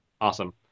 Awesome